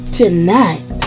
tonight